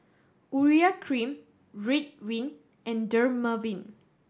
Urea Cream Ridwind and Dermaveen